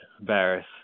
Barris